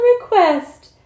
request